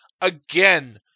Again